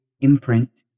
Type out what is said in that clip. imprint